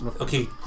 Okay